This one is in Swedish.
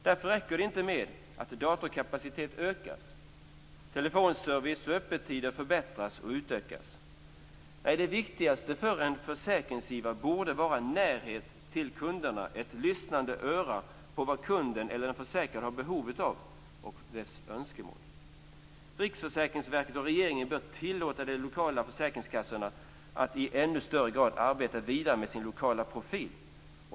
Därför räcker det inte att datorkapaciteten ökas och att telefonservicen och öppettiderna förbättras och utökas. Nej, det viktigaste för en försäkringsgivare borde vara närheten till kunderna. Man borde ha ett lyssnande öra när det gäller vad kunden eller den försäkrade har för behov och önskemål. Riksförsäkringsverket och regeringen bör tillåta de lokala försäkringskassorna att i ännu högre grad arbeta vidare med sin lokala profil.